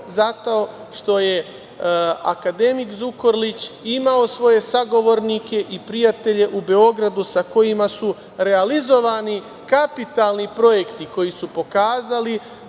zato što je akademik Zukorlić imao svoje sagovornike i prijatelje u Beogradu, sa kojima su realizovani kapitalni projekti koji su pokazali